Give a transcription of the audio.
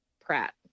Pratt